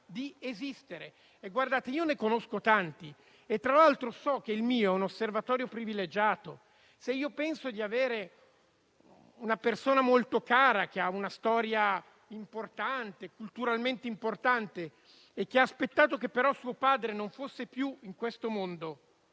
di esistere. Io ne conosco tanti e tra l'altro so che il mio è un osservatorio privilegiato. Io penso di avere una persona molto cara che ha una storia importante, culturalmente importante, e che ha aspettato però che suo padre non fosse più in questo mondo